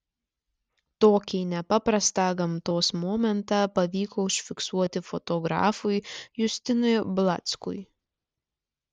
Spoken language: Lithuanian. tokį nepaprastą gamtos momentą pavyko užfiksuoti fotografui justinui blackui